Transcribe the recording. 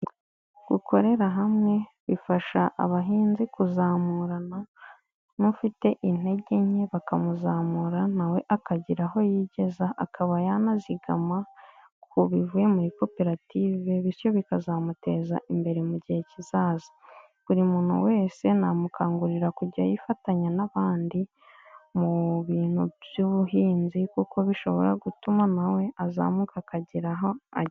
Gukorera hamwe bifasha abahinzi kuzamurana, n'ufite intege nke bakamuzamura, nawe akagira aho yigeza, akaba yanazigama ku bivuye muri koperative, bityo bikazamuteza imbere mu gihe kizaza. Buri muntu wese namukangurira kujya yifatanya n'abandi mu bintu by'ubuhinzi, kuko bishobora gutuma nawe azamuka akagira aho agera.